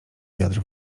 wiatr